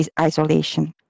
isolation